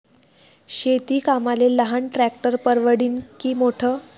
शेती कामाले लहान ट्रॅक्टर परवडीनं की मोठं?